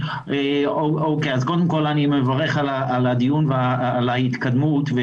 קודם כול, אני מברך על הדיון ועל ההתקדמות.